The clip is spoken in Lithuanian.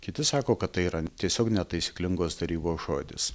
kiti sako kad tai yra tiesiog netaisyklingos darybos žodis